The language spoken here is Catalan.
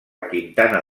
quintana